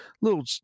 little